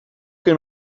che